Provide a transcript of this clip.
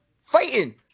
fighting